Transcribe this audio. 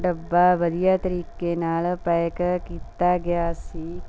ਡੱਬਾ ਵਧੀਆ ਤਰੀਕੇ ਨਾਲ ਪੈਕ ਕੀਤਾ ਗਿਆ ਸੀ